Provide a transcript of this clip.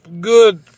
good